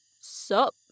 Sup